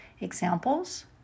Examples